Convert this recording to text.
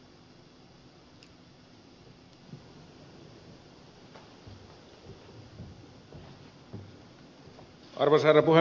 arvoisa herra puhemies